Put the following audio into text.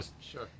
sure